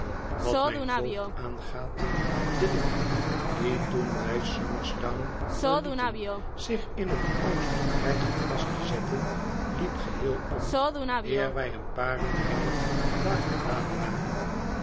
wat mijn voogd aangaat de wind die toen wij somers town verlieten zich in het oosten dreigde vast te zetten liep geheel om eer wij een paar mylen daar vandaan waren